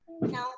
No